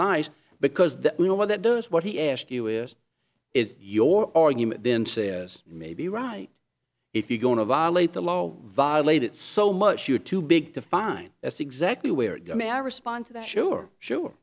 eyes because they know what that does what he asked you it is your argument then says may be right if you're going to violate the law violate it so much you're too big to fine that's exactly where it may i respond to that sure sure